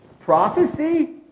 prophecy